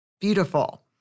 Beautiful